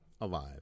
alive